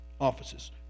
offices